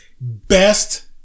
best